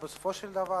בסופו של דבר,